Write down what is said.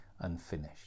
Unfinished